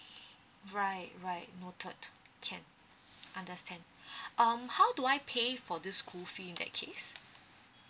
right right noted can understand um how do I pay for this school fees in that case